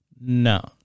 No